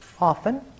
often